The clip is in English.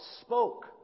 spoke